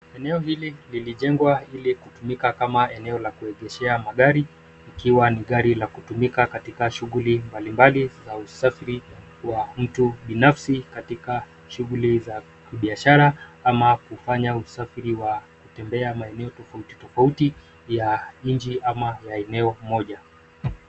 Eneo hili lilijengwa ili kutumika kama eneo la kuegeshea magari, ikiwa ni gari la kutumika katika shughuli mbali mbali za usafiri wa mtu binafsi, katika shughuli za kibiashara ama kufanya usafiri wa kutembea maeneo tofauti tofauti ya nchi ama ya eneo moja.